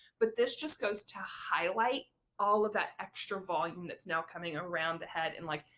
but this just goes to highlight all of that extra volume that's now coming around the head and, like,